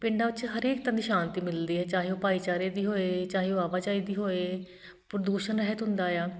ਪਿੰਡਾਂ ਵਿੱਚ ਹਰੇਕ ਤਰ੍ਹਾਂ ਦੀ ਸ਼ਾਂਤੀ ਮਿਲਦੀ ਆ ਚਾਹੇ ਉਹ ਭਾਈਚਾਰੇ ਦੀ ਹੋਏ ਚਾਹੇ ਉਹ ਆਵਾਜਾਈ ਦੀ ਹੋਏ ਪ੍ਰਦੂਸ਼ਣ ਰਹਿਤ ਹੁੰਦਾ ਆ